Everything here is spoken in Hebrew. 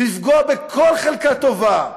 לפגוע בכל חלקה טובה,